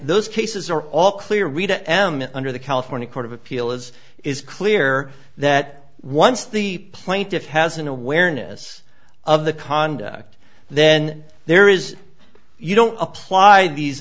those cases are all clear read em under the california court of appeal as is clear that once the plaintiff has an awareness of the conduct then there is you don't apply these